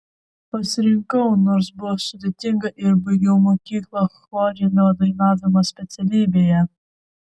pasirinkau nors buvo sudėtinga ir baigiau mokyklą chorinio dainavimo specialybėje